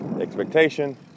expectation